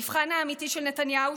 המבחן האמיתי של נתניהו,